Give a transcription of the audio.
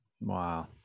Wow